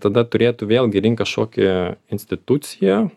tada turėtų vėlgi rinkt kažkokią instituciją